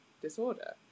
disorder